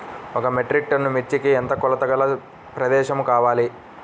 ఒక metric tonne మిర్చికి ఎంత కొలతగల ప్రదేశము కావాలీ?